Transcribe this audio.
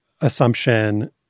assumption